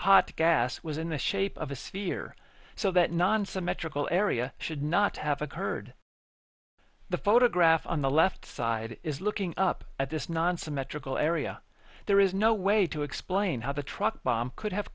hot gas was in the shape of a sphere so that nonsymmetrical area should not have occurred the photograph on the left side is looking up at this nonsymmetrical area there is no way to explain how the truck bomb could have